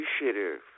appreciative